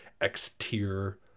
X-tier